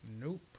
nope